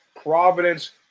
Providence